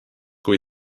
kui